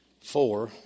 four